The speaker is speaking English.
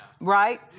right